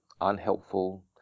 unhelpful